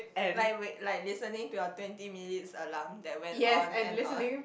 like wait like listening to your twenty minutes alarm that went on and on